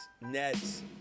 Nets